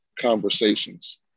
conversations